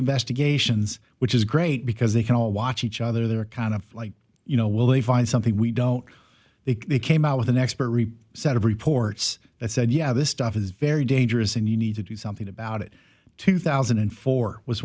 investigations which is great because they can all watch each other they're kind of like you know will they find something we don't they came out with an expert set of reports that said yeah this stuff is very dangerous and you need to do something about it two thousand and four was